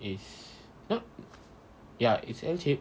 it's not ya it's L shaped